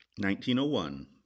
1901